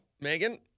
Megan